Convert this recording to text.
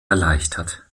erleichtert